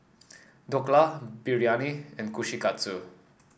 Dhokla Biryani and Kushikatsu